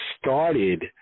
started